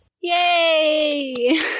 yay